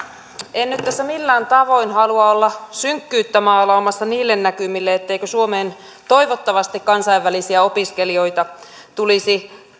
en nyt tässä millään tavoin halua olla synkkyyttä maalaamassa niille näkymille etteikö suomeen toivottavasti kansainvälisiä opiskelijoita tulisi